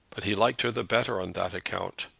but he liked her the better on that account.